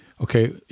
okay